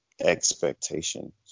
expectation